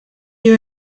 you